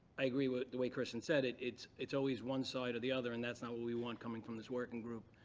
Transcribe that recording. i agree with the way kristen said it. it's it's always one side or the other and that's not what we want coming from this working group.